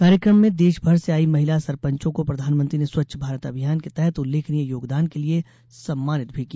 कार्यक्रम में देश भर से आई महिला सरपंचों को प्रधानमंत्री ने स्वच्छ भारत अभियान के तहत उल्लेखनीय योगदान के लिये सम्मानित भी किया